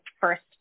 first